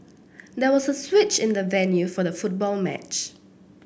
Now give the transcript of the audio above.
there was a switch in the venue for the football match